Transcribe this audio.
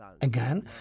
Again